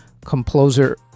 Composer